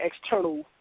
external